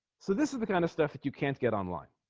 so this is the kind of stuff that you can't get online